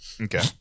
Okay